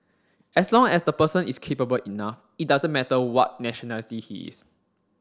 as long as the person is capable enough it doesn't matter what nationality he is